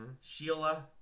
sheila